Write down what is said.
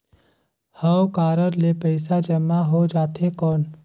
हव कारड ले पइसा जमा हो जाथे कौन?